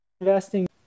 investing